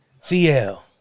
CL